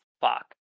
fuck